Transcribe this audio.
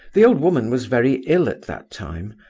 the old woman was very ill at that time,